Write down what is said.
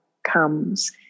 comes